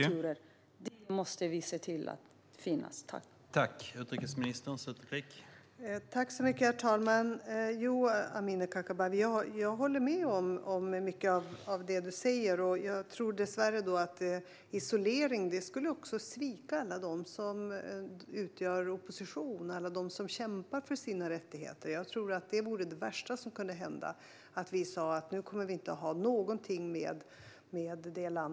Vi måste se till att detta finns.